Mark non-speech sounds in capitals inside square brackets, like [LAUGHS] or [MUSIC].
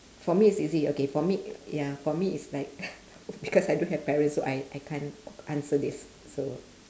for me it's easy okay for me ya for me it's like [LAUGHS] because I don't have parents so I I can't answer this so